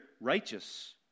righteous